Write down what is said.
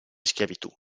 schiavitù